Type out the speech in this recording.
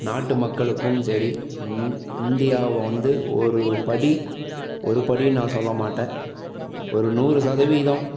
நாட்டு மக்களுக்கும் சரி இன் இந்தியாவை வந்து ஒரு படி ஒரு படி நான் சொல்ல மாட்டேன் ஒரு நூறு சதவீதம்